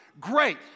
Great